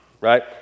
right